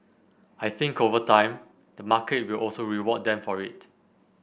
I think over time the market will also reward them for it